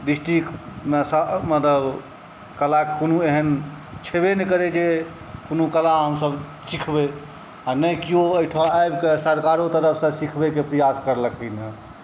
district मतलब कलाके कोनो एहन छेबे नहि करै जे कोनो कला हमसब सिखबै आओर नहि केओ एहिठाम आबिकऽ सरकारो तरफसँ सिखबैके प्रयास करलखिन हँ